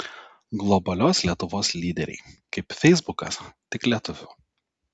globalios lietuvos lyderiai kaip feisbukas tik lietuvių